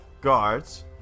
guards